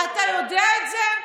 אתה יודע את זה?